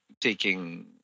taking